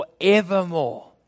forevermore